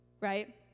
Right